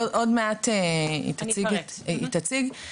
היא עוד תציג את הנתונים.